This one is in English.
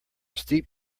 steep